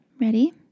Ready